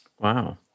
Wow